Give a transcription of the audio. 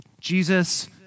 Jesus